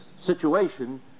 situation